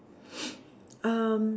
um